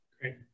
Great